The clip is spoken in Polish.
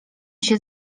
się